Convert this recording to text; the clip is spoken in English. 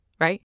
Right